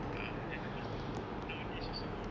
ah then selepas itu nowadays also